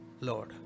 Lord